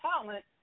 talent